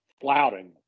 flouting